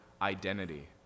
identity